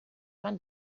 man